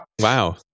wow